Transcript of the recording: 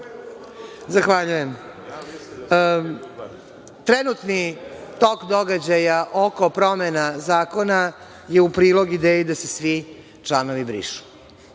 Zahvaljujem. Trenutni tok događaja oko promena zakona je u prilog ideji da se svi članovi brišu.